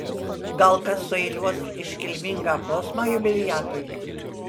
gal kas sueiliuos iškilmingą posmą jubiliatui